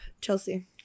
Chelsea